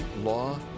law